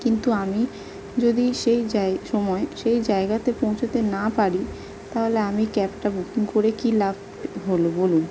কিন্তু আমি যদি সেই জায় সময় সেই জায়গাতে পৌঁছোতে না পারি তাহলে আমি ক্যাবটা বুকিং করে কী লাভ হলো বলুন